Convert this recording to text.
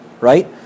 right